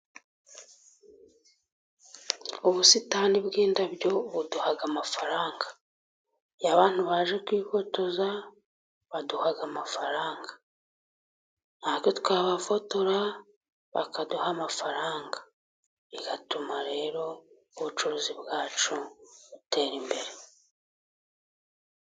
Ubusitani bw'indabyo buduha amafaranga. Iyo abantu baje kwifotoza baduhaha amafaranga. Natwe twabafotora, bakaduha amafaranga. Bigatuma rero ubucuruzi bwacu butera imbere.